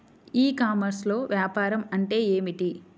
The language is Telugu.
ఈ కామర్స్లో వ్యాపారం అంటే ఏమిటి?